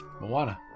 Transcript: Moana